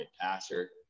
passer